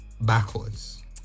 backwards